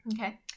Okay